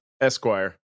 Esquire